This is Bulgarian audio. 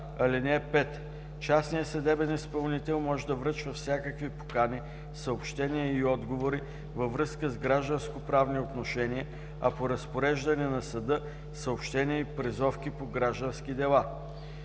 „(5) Частният съдебен изпълнител може да връчва всякакви покани, съобщения и отговори във връзка с гражданско-правни отношения, а по разпореждане на съда – съобщения и призовки по граждански дела.“